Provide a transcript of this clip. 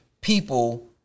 people